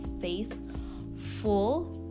faithful